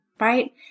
right